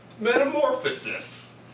Metamorphosis